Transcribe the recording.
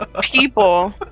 people